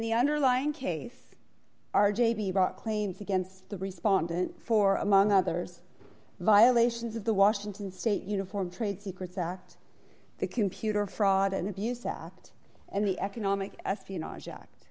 the underlying case r j b brought claims against the respondent for among others violations of the washington state uniform trade secrets act the computer fraud and abuse at and the economic espionage act